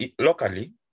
locally